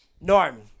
Norm